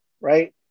right